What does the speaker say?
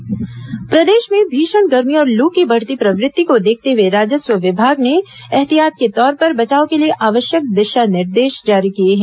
गर्मी बचाव निर्देश प्रदेश में भीषण गर्मी और लू की बढ़ती प्रवृत्ति को देखते हुए राजस्व विभाग ने ऐहतियात के तौर पर बचाव के लिए आवश्यक दिशा निर्देश जारी किए हैं